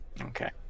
Okay